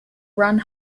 run